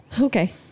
Okay